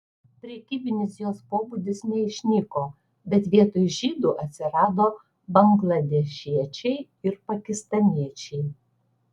prekybinis jos pobūdis neišnyko bet vietoj žydų atsirado bangladešiečiai ir pakistaniečiai